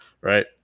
right